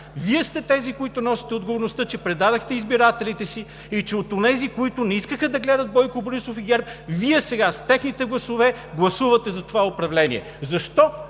Вие сте тези, които носите отговорността, че предадохте избирателите си и че онези, които не искаха да гледат Бойко Борисов и ГЕРБ, Вие сега, с техните гласове гласувате за това управление. Защо?